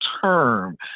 term